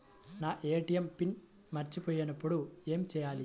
నా ATM PIN మర్చిపోయినప్పుడు ఏమి చేయాలి?